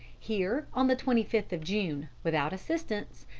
here, on the twenty fifth of june, without assistance,